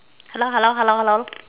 hello hello hello hello